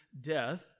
death